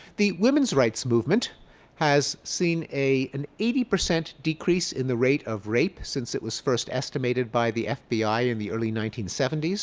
the women's rights movement has seen an eighty percent decrease in the rate of rape since it was first estimated by the fbi in the early nineteen seventy s.